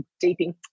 deeping